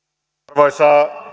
arvoisa